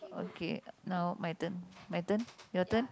okay now my turn my turn your turn